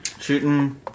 Shooting